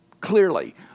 clearly